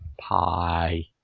Pie